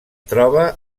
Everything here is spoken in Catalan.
troba